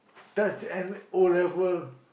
that's N O-level